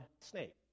snake